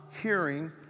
hearing